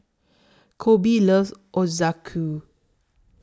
Colby loves Ochazuke